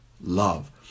love